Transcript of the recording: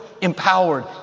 empowered